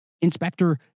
Inspector